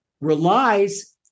relies